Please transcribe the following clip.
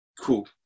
Cool